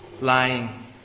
lying